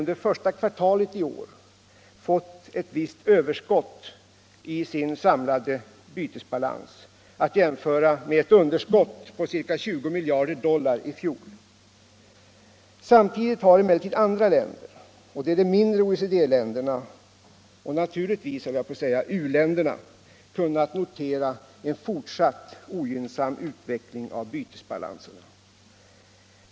under första kvartalet i år fått ett visst överskott i sin samlade bytesbalans — att jämföra med ett underskott på ca 20 miljarder dollar i fjol. Samtidigt har emellertid andra länder, de mindre OECD-länderna och u-länderna, kunnat notera en fortsatt ogynnsam utveckling av bytesbalanserna.